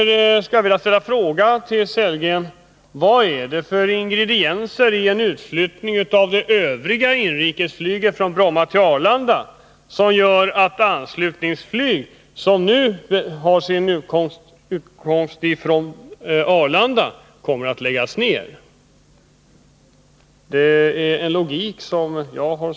Jag skulle därför vilja fråga Rolf Sellgren: Vilka ingredienser i en utflyttning av det övriga inrikesflyget från Bromma till Arlanda är det som gör att det anslutningsflyg som nu utgår från Arlanda skall läggas ned? Jag förstår inte den logiken.